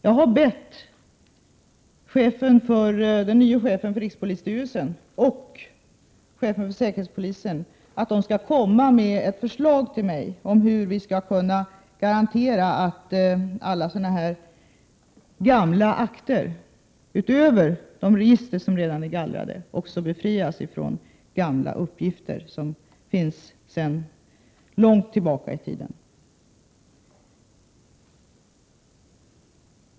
Jag har bett den nye chefen för rikspolisstyrelsen och chefen för säkerhetspolisen att komma med ett förslag till mig om hur vi skall kunna garantera att alla sådana här gamla akter, utöver de register som redan är gallrade, befrias från gamla uppgifter som finns sedan långt tillbaka i tiden.